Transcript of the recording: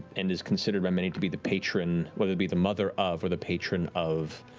and is considered by many to be the patron whether it be the mother of, or the patron of,